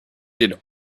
did